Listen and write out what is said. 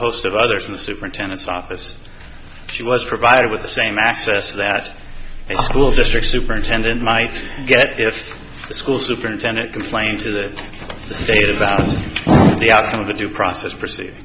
host of others in the superintendent's office she was provided with the same access that a school district superintendent might get if the school superintendent complained to the state about the outcome of the due process p